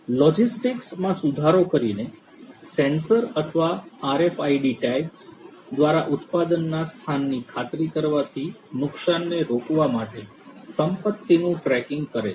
logistics માં સુધારો કરીને સેન્સર અથવા આરએફઆઈડી ટેગ્સ દ્વારા ઉત્પાદનના સ્થાનની ખાતરી કરવાથી નુકસાનને રોકવા માટે સંપત્તિનું ટ્રેકિંગ કરે છે